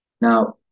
Now